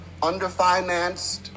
underfinanced